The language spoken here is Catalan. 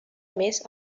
més